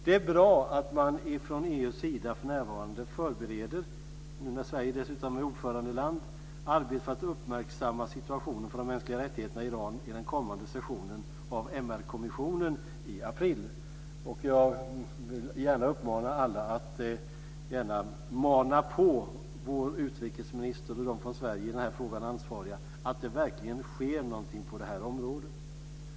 Det är bra att man från EU:s sida för närvarande förbereder, nu när Sverige dessutom är ordförandeland, arbetet för att uppmärksamma situationen för de mänskliga rättigheterna i Iran i den kommande sessionen av MR-kommissionen i april. Jag vill gärna uppmana alla att mana på vår utrikesminister och de ansvariga från Sverige i den här frågan så att det verkligen sker någonting på det här området.